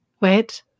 Wait